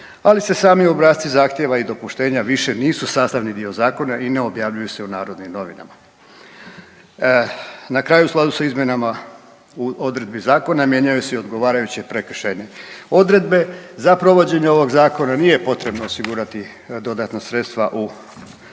ali se sami obrasci zahtjeva i dopuštenja više nisu sastavni dio zakona i ne objavljuju se u narodnim novinama. Na kraju u skladu sa izmjenama odredbi zakona mijenjaju se i odgovarajuće prekršajne odredbe. Za provedbu ovog zakona nije potrebno osigurati dodatna sredstva u proračunu